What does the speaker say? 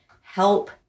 help